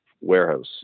warehouse